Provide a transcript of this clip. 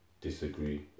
disagree